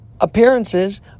appearances